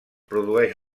produeix